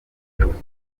gihugu